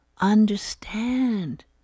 Understand